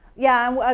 yeah,